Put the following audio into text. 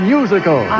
Musical